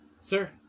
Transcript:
sir